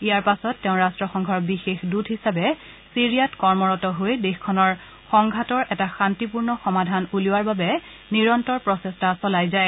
ইয়াৰ পাছত তেওঁ ৰাট্টসংঘৰ বিশেষ দৃত হিচাবে চিৰিয়াত কৰ্মৰত হৈ দেশখনৰ সংঘাটৰ এটা শান্তিপূৰ্ণ সমাধান উলিওৱাৰ বাবে নিৰন্তৰ প্ৰচেষ্টা চলায় যায়